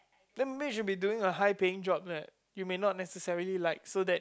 then maybe you should be doing a high paying job that you may not necessarily like so that